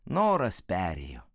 noras perėjo